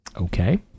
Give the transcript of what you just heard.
Okay